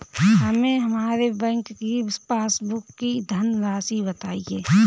हमें हमारे बैंक की पासबुक की धन राशि बताइए